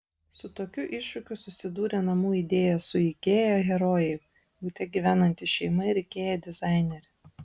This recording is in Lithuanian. su tokiu iššūkiu susidūrė namų idėja su ikea herojai bute gyvenanti šeima ir ikea dizainerė